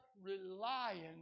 relying